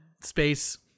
space